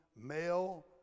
male